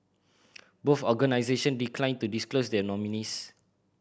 both organisation declined to disclose their nominees